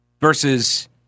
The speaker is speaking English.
Versus